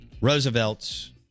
Roosevelt's